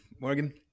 Morgan